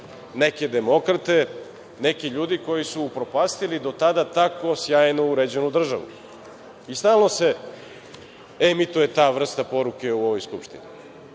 neke demokrate, neki ljudi koji su upropastili do tada tako sjajno uređenu državu. Stalno se emituje ta vrsta poruke u ovoj Skupštini.